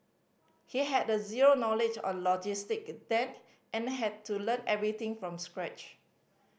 he had zero knowledge of logistic then and had to learn everything from scratch